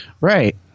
Right